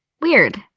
Weird